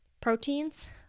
proteins